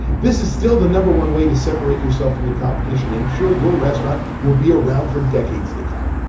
this is still the number one way to separate yourself from the competition. ensure your restaurant will be around for decades to come.